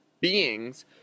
beings